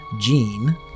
Gene